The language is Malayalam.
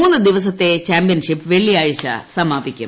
മൂന്നു ദിവസത്തെ ചാമ്പ്യൻഷിപ്പ് വെള്ളിയാഴ്ച സമാപിക്കും